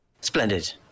Splendid